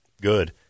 Good